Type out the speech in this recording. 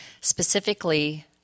specifically